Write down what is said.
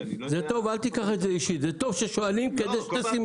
עוד לא ראיתי את הלוביסטים של העניים שידברו בשמם.